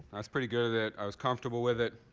i was pretty good at it. i was comfortable with it.